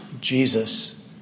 Jesus